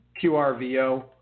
QRVO